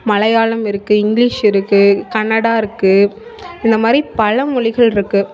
மலையாளம் இருக்கு இங்கிலீஷ் இருக்கு கன்னடா இருக்கு இந்தமாதிரி பல மொழிகள் இருக்கு